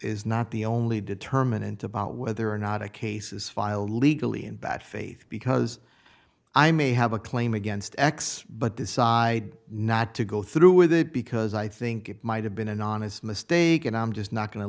is not the only determinant about whether or not a case is filed legally in bad faith because i may have a claim against x but decide not to go through with it because i think it might have been an honest mistake and i'm just not going to